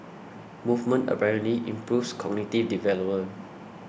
movement apparently improves cognitive development